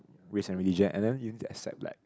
race and religion and then you need to accept like